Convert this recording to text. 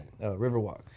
Riverwalk